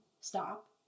stop